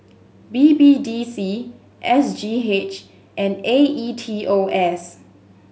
B B D C S G H and A E T O S